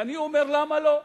ואני אומר: למה לא?